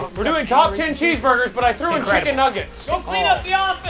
we're doing top ten cheeseburgers, but i threw a chicken nuggets. go clean up the office.